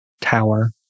tower